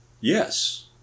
Yes